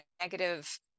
negative